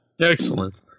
Excellent